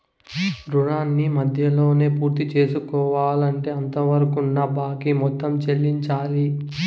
రుణాన్ని మధ్యలోనే పూర్తిసేసుకోవాలంటే అంతవరకున్న బాకీ మొత్తం చెల్లించాలి